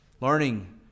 Learning